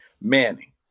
Manning